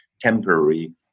temporary